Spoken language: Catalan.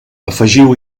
afegiu